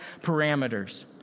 parameters